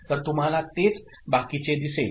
तर तुम्हाला तेच बाकीचे दिसेल